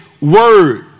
word